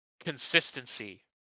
consistency